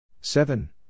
seven